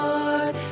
Lord